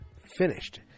finished